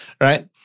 right